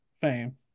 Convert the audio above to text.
fame